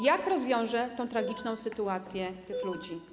Jak rozwiąże tę tragiczną sytuację tych ludzi?